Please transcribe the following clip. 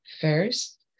First